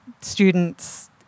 students